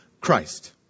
Christ